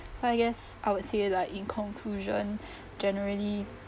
so I guess I would say lah in conclusion generally